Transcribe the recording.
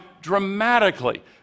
dramatically